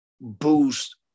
boost